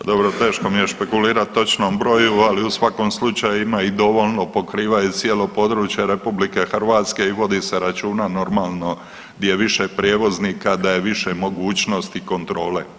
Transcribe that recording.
Pa dobro teško mi je špekulirati o točnom broju, ali u svakom slučaju ima ih dovoljno, pokrivaju cijelo područje RH i vodi se računa o normalno, gdje je više prijevoznika, da je više mogućnosti kontrole.